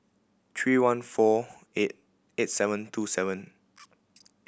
three one four eight eight seven two seven